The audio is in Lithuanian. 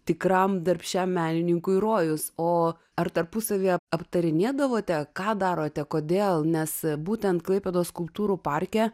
tikram darbščiam menininkui rojus o ar tarpusavyje aptarinėdavote ką darote kodėl nes būtent klaipėdos skulptūrų parke